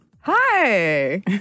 Hi